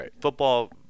Football